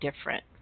different